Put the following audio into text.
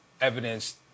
evidence